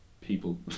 people